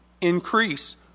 increase